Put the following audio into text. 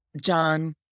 John